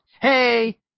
hey